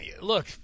look